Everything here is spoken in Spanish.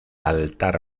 altar